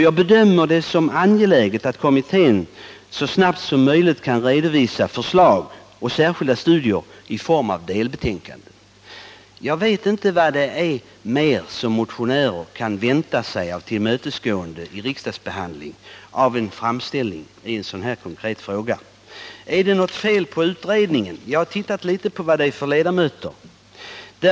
Jag bedömer det som angeläget att kommittén så snabbt som möjligt kan redovisa vissa förslag och särskilda studier i form av delbetänkanden.” Jag vet inte vad motionärer mer kan vänta sig av tillmötesgående i riksdagsbehandlingen när det gäller en framställning i en sådan här konkret fråga. Är det något fel på utredningen? Jag har tittat litet på vilka ledamöter som ingår.